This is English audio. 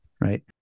right